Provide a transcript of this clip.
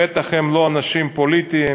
בטח הם לא אנשים פוליטיים.